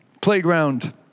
Playground